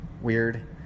weird